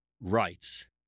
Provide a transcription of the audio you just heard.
rights